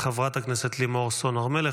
כעת, חברת הכנסת לימור סון הר מלך.